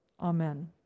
Amen